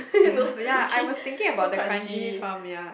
ya ya I was thinking about the Kranji farm ya